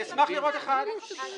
אני אשמח לראות סעיף אחד כזה.